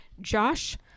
Josh